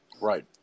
right